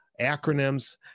acronyms